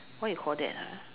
what you call that ah